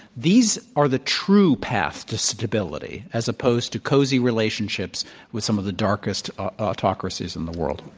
these are the true path to stability as opposed to cozy relationships with some of the darkest autocracies in the world.